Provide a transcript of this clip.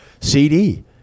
CD